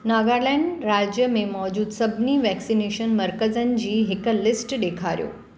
नागालैंड राज्य में मौजूदु सभिनी वैक्सनेशन मर्कज़नि जी हिकु लिस्ट ॾेखारियो